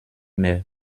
mehr